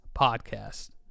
podcast